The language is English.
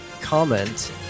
comment